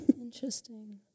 Interesting